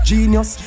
Genius